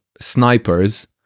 snipers